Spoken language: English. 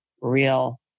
real